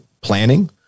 planning